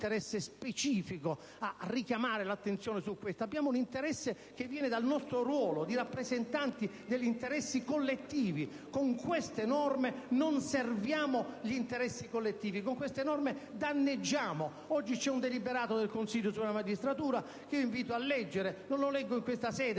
Non abbiamo alcun interesse specifico a richiamare l'attenzione su questo punto. Abbiamo piuttosto l'interesse che deriva dal nostro ruolo di rappresentanti degli interessi collettivi. Con queste norme non serviamo gli interessi collettivi, ma li danneggiamo. Oggi c'è un deliberato del Consiglio superiore della magistratura che invito a leggere. Non lo leggo in questa sede